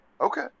okay